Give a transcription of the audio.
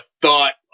thought